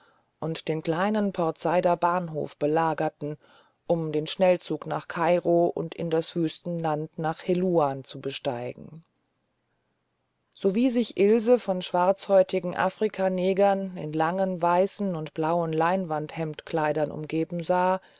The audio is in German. und den kleinen port saider bahnhof belagerten um den schnellzug nach kairo und in das wüstenland nach heluan zu besteigen sowie sich ilse von schwarzhäutigen afrikanegern in langen weißen und blauen leinwandhemdkleidern umgeben sah